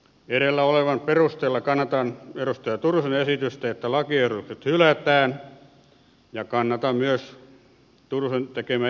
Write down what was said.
edellä olevan perusteella kannatan edustaja turusen esitystä että lakiehdotukset hylätään ja kannatan myös turusen tekemää epäluottamuslausetta